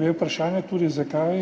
Vprašanje je tudi, zakaj